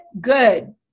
good